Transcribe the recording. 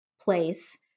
place